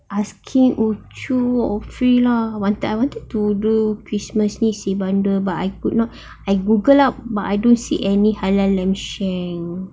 asking ucu or fir lah I wanted to do christmas ni si bundle but I googled but I don't see any halal lamb shank